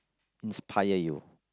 inspire you